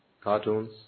Cartoons